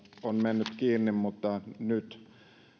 on mennyt kiinni mutta nyt